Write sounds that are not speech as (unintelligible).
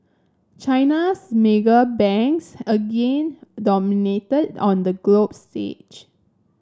China's mega banks again dominated on the (unintelligible) stage